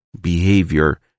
behavior